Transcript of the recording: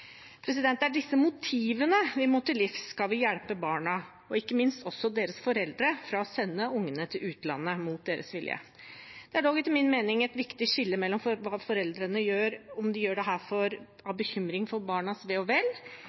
Det er disse motivene vi må til livs skal vi hjelpe barna og ikke minst også hjelpe deres foreldre fra å sende ungene til utlandet mot deres vilje. Det er dog etter min mening et viktig skille mellom om foreldrene gjør dette av bekymring for barnas ve og vel, eksempelvis ved rusproblematikk eller det å få dem ut av kriminelle miljøer, og